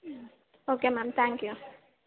okay ma'am thank you